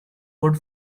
good